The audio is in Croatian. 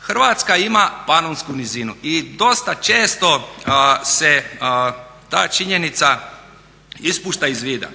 Hrvatska ima panonsku nizinu i dosta često se ta činjenica ispušta iz vida.